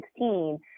2016